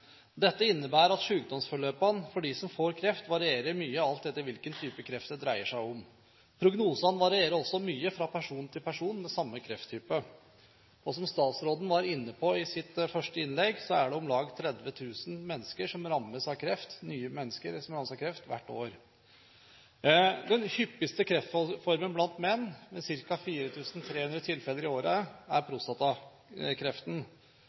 Dette innebærer at sykdomsforløpene for dem som får kreft, varierer mye, alt etter hvilken type kreft det dreier seg om. Prognosene varierer også mye fra person til person med samme krefttype. Som statsråden var inne på i sitt første innlegg, er det om lag 30 000 nye mennesker som rammes av kreft hvert år. Den hyppigste kreftformen blant menn – med ca. 4 300 tilfeller i året – er